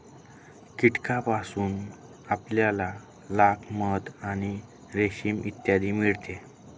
कीटकांपासून आपल्याला लाख, मध आणि रेशीम इत्यादी मिळते